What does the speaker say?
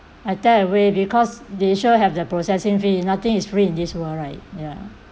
I tear away because they sure have the processing fee nothing is free in this world right ya